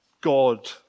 God